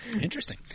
Interesting